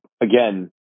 again